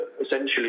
essentially